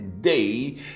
day